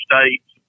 states